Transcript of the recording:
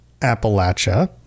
appalachia